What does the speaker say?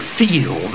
feel